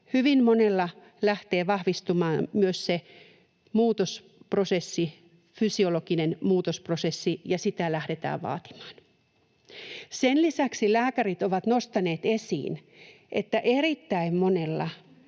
hyvin monella lähtee vahvistumaan myös se muutosprosessi, fysiologinen muutosprosessi, ja sitä lähdetään vaatimaan. Sen lisäksi lääkärit ovat nostaneet esiin, että erittäin monella